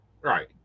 right